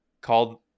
called